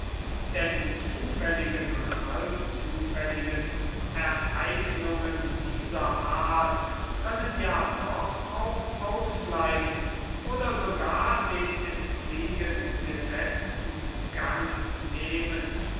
denn die zufälligen und halbzufälligen ereignungen dieser art können ja doch auch ausbleiben oder sogar den entgegengesetzten gang nehmen